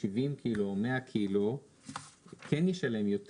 70 ק"ג או 100 ק"ג כן ישלם יותר.